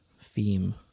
theme